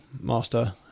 master